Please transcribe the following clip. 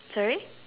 sorry